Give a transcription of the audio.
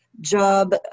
job